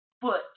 foot